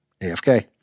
AFK